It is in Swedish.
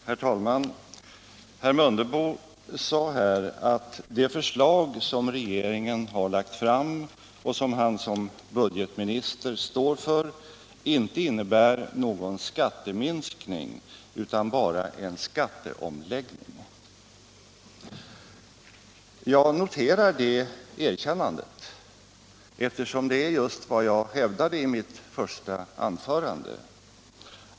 Herr talman! Herr Mundebo sade att det förslag som regeringen har framlagt och som han som budgetminister står för inte innebär någon skatteminskning, utan bara en skatteomläggning. Jag noterar det erkännandet, eftersom det är just vad jag hävdade i mitt första anförande.